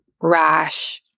Rash